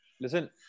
Listen